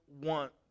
want